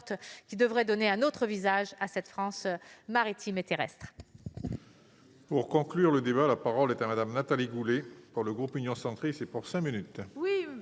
qui devraient donner un autre visage à cette France maritime et terrestre.